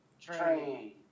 train